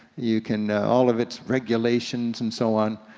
you can, all of its regulations and so on,